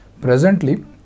Presently